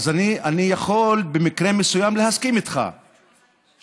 אני יכול במקרה מסוים להסכים איתך שלא